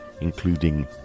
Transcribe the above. including